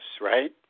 right